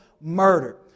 murder